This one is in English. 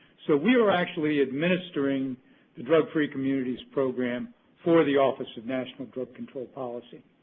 so we are actually administering the drug free communities program for the office of national drug control policy.